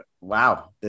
wow